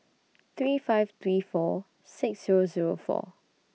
three five three four six Zero Zero four